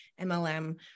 MLM